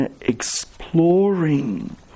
exploring